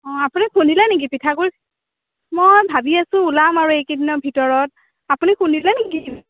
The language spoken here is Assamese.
অঁ আপুনি খুন্দিলে নেকি পিঠাগুৰি মই ভাবি আছোঁ ওলাম আৰু এইকেইদিনৰ ভিতৰত আপুনি খুন্দিলে নেকি